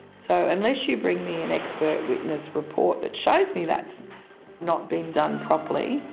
so unless you bring me an expert witness report that shows me that's not been done properly,